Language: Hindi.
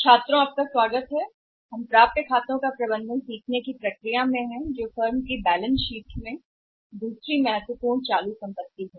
छात्रों का स्वागत है हम इस बारे में सीखने की प्रक्रिया में हैं कि खातों का प्रबंधन कैसे किया जाए प्राप्य है कि फर्मों की बैलेंस शीट में एक दूसरा महत्वपूर्ण वर्तमान संपत्ति है